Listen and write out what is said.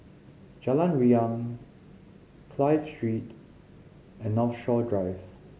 Jalan Riang Clive Street and Northshore Drive